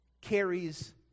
carries